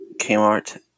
Kmart